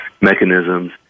mechanisms